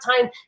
time